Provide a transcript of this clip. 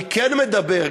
אני כן מדבר,